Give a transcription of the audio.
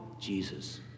Jesus